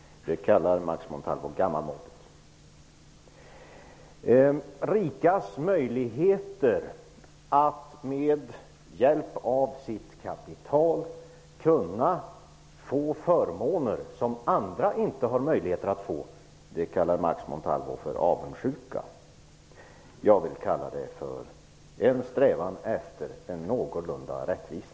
Det kallar Max Montalvo gammalmodigt. Rikas möjligheter att med hjälp av sitt kapital kunna få förmåner som andra inte har möjligheter att få kallar Max Montalvo för avundsjuka. Jag vill kalla det för en strävan efter någorlunda rättvisa.